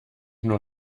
nur